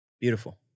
Beautiful